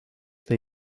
tai